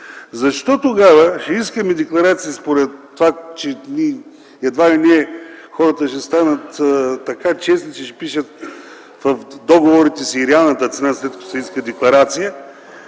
защо тогава ще искаме декларация при факт, че едва ли хората ще станат така честни, че да пишат в договорите реалната цена, след като се иска декларация?